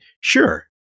Sure